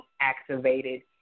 activated